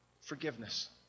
Forgiveness